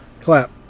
Clap